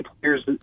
players